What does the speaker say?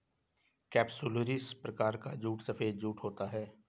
capsularis प्रकार का jute सफेद जूट होता है